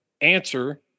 answer